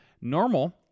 Normal